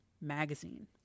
magazine